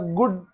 good